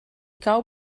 cau